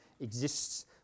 exists